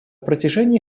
протяжении